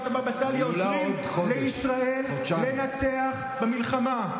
של הבבא סאלי עוזרים לישראל לנצח במלחמה?